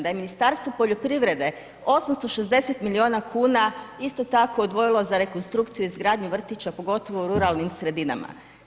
Da je Ministarstvo poljoprivrede, 860 milijuna kuna, isto tako odvojilo za rekonstrukciju, izgradnju vrtića, pogotovo u ruralnim sredinama.